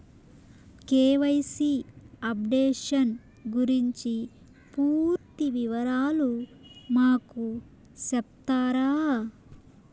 KYC updation గురించి పూర్తి వివరాలు మాకు సెప్తారా?